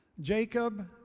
Jacob